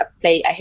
play